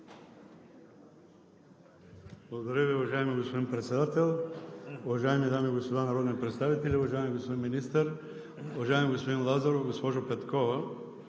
Благодаря Ви, уважаеми господин Председател. Уважаеми дами и господа народни представители, уважаеми господин Министър, уважаеми господин Лазаров, госпожо Петкова!